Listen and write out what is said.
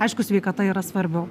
aišku sveikata yra svarbu